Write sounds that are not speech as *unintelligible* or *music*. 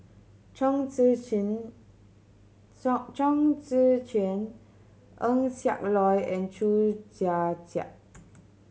Chong Tze Chien *unintelligible* Chong Tze Chien Eng Siak Loy and Chew Joo Chiat